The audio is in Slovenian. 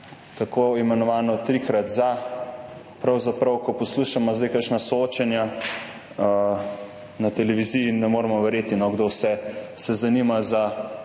tako imenovano trikrat za. Pravzaprav, ko poslušamo zdaj kakšna soočenja na televiziji, ne moremo verjeti, kdo vse se zanima za javno